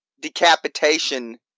Decapitation